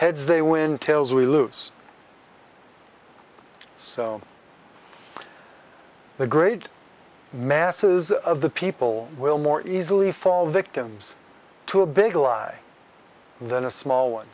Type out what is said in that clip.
heads they win tails we lose so the great masses of the people will more easily fall victims to a big lie than a small one